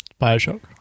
Bioshock